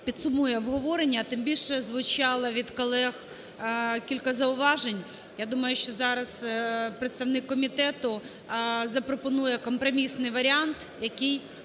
підсумує обговорення. А тим більше, звучало від колег кілька зауважень. Я думаю, що зараз представник комітету запропонує компромісний варіант, який